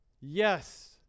Yes